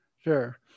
Sure